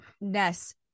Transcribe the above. Ness